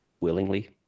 Willingly